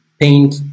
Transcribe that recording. paint